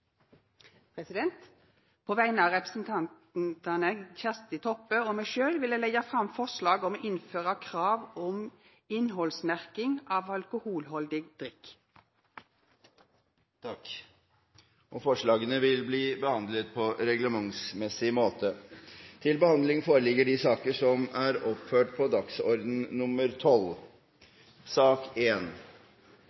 På vegner av representanten Kjersti Toppe og meg sjølv vil eg leggja fram forslag om å innføra krav om innhaldsmerking av alkoholhaldig drikk. Forslagene vil bli behandlet på reglementsmessig måte. Takk, president, for eksemplarisk nynorsk. Vi forsøkjer å organisere den norske olje- og gassindustrien på